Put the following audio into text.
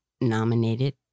nominated